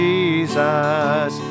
Jesus